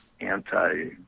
anti